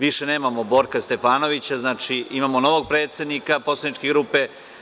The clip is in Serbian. Više nemamo Borka Stefanovića, znači imamo novog predsednika poslaničke grupe.